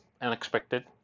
unexpected